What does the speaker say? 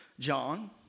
John